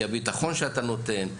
כי הביטחון שאתה נותן,